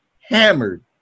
hammered